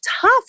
tough